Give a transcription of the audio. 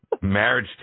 marriage